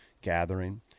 gathering